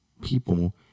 people